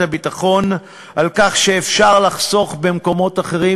הביטחון על כך שאפשר לחסוך במקומות אחרים,